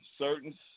certain